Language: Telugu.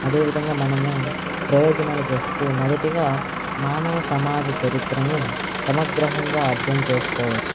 అదే విధంగా మనము ప్రయోజనాలకొస్తే మొదటిగా మానవసమాజ చరిత్రను సమగ్రహంగా అర్ధం చేసుకోవచ్చు